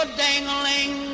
dangling